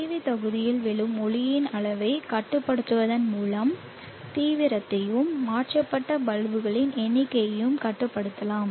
PV தொகுதியில் விழும் ஒளியின் அளவைக் கட்டுப்படுத்துவதன் மூலம் தீவிரத்தையும் மாற்றப்பட்ட பல்புகளின் எண்ணிக்கையையும் கட்டுப்படுத்தலாம்